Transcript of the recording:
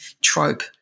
trope